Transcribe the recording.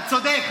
אתה צודק.